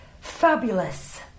Fabulous